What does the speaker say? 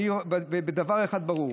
דבר אחד ברור: